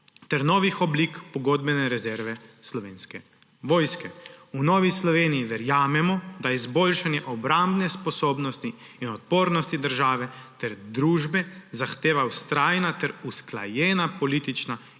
ter novih oblik pogodbene rezerve Slovenske vojske. V Novi Sloveniji verjamemo, da izboljšanje obrambne sposobnosti in odpornosti države ter družbe zahteva vztrajna ter usklajena politična